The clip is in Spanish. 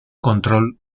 control